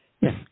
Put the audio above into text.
Yes